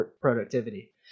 productivity